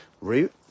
route